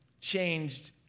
changed